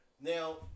Now